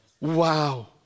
Wow